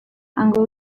hango